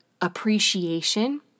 appreciation